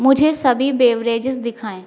मुझे सभी बेवरेजेज दिखाएँ